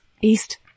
east